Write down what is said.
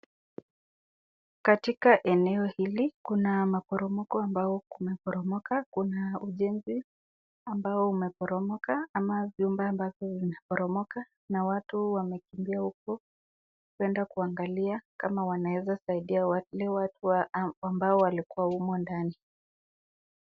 Katika eneo hili kuna maporomoko ambao kumeporomoka, kuna ujenzi ambao umeporoka ama vyumba ambavyo vinaporomoka na watu wamekimbia huko kuenda kuangalia kama wanaeza saidia watu ambao walikuwa humo ndani.